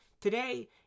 Today